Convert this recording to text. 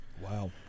Wow